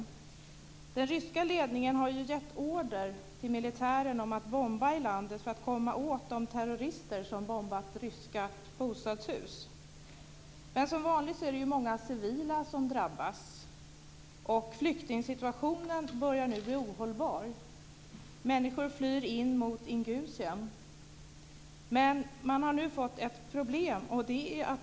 Den ryska ledningen har ju gett order till militären att bomba i landet för att komma åt de terrorister som har bombat ryska bostadshus. Men som vanligt drabbas många civila, och flyktingsituationen börjar nu bli ohållbar. Människor flyr till Ingusjien, men det har nu uppstått ett problem.